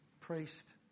priest